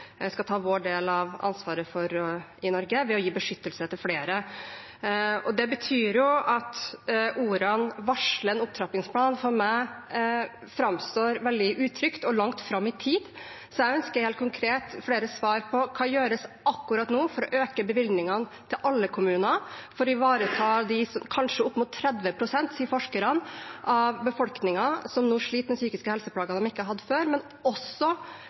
skal ta vår del av ansvaret for i Norge ved å gi beskyttelse til flere. Det betyr at ordene «varsle en opptrappingsplan» for meg framstår veldig utrygt og langt fram i tid. Jeg ønsker helt konkret flere svar på hva som gjøres akkurat nå for å øke bevilgningene til alle kommuner, for å ivareta dem i befolkningen – kanskje opp mot 30 pst., sier forskerne – som nå sliter med psykiske helse-plager de ikke hadde før,